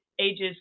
ages